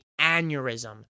aneurysm